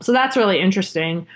so that's really interesting.